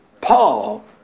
Paul